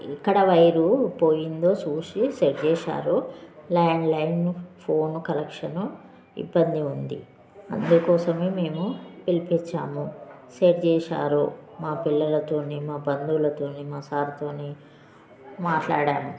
ఎక్కడ వైర్ పోయిందో చూసి సెట్ చేసారు ల్యాండ్ లైన్ ఫోన్ కనెక్షన్ ఇబ్బంది ఉంది అందుకోసమే మేము పిలిపిచ్చాము సెట్ చేసారు మా పిల్లలతో మా బంధువులతో మా సార్తో మాట్లాడాను